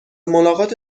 ملاقات